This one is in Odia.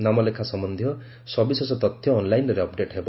ନାମଲେଖା ସମ୍ୟନ୍ବୀୟ ସବିଶେଷ ତଥ୍ୟ ଅନ୍ଲାଇନ୍ରେ ଅପ୍ଡେଟ୍ ହେବ